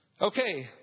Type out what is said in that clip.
Okay